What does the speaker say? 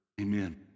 Amen